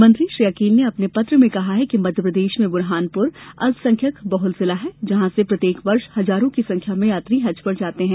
मंत्री श्री अकील ने अपने पत्र में कहा है कि मध्यप्रदेश में बुरहानपुर अल्पसंख्यक बहुल जिला है जहाँ से प्रत्येक वर्ष हजारों की संख्या में यात्री हज पर जाते हैं